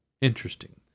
Interesting